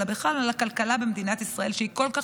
אלא בכלל על הכלכלה במדינת ישראל שהיא כל כך